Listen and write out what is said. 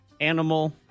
animal